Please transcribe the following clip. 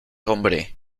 hombre